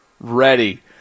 ready